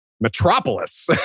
metropolis